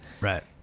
Right